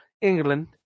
England